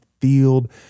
field